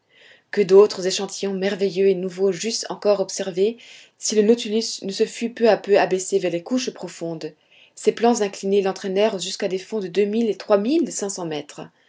que d'autres échantillons merveilleux et nouveaux j'eusse encore observés si le nautilus ne se fût peu à peu abaissé vers les couches profondes ses plans inclinés l'entraînèrent jusqu'à des fonds de deux mille et